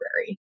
library